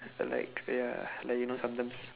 but like ya like you know sometimes